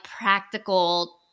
practical